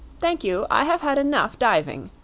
thank you i have had enough diving,